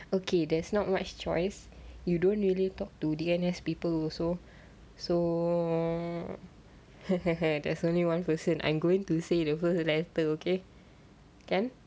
okay there's not much choice you don't really talk to the N_S people also so there's only one person I'm going to say the first letter okay can